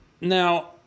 Now